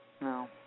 No